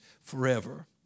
forever